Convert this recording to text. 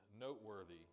noteworthy